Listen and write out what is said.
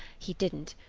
he didn't,